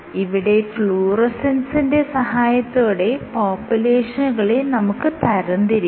ഇവിടെ ഫ്ലൂറസെൻസിന്റെ സഹായത്തോടെ പോപ്പുലേഷനുകളെ നമുക്ക് തരംതിരിക്കാം